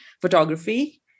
photography